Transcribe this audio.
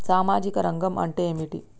సామాజిక రంగం అంటే ఏమిటి?